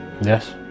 Yes